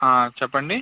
చెప్పండి